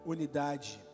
Unidade